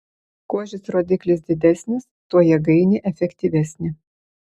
kuo šis rodiklis didesnis tuo jėgainė efektyvesnė